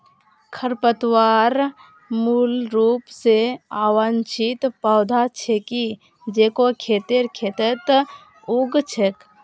खरपतवार मूल रूप स अवांछित पौधा छिके जेको खेतेर खेतत उग छेक